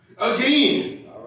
again